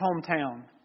hometown